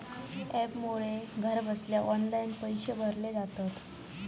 ॲपमुळे घरबसल्या ऑनलाईन पैशे भरले जातत